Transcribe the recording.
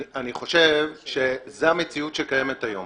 אני חושב שזו המציאות שקיימת היום.